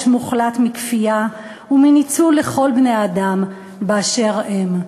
מוחלט מכפייה ומניצול לכל בני-האדם באשר הם,